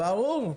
ברור,